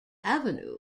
avenue